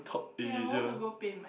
yeah I want to go paint my